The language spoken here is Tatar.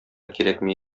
кирәкми